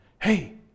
hey